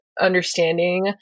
understanding